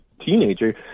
teenager